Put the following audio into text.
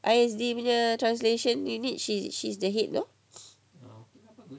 I_S_D punya translation unit she she's the head you know